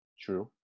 true